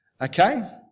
Okay